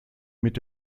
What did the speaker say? mit